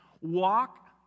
walk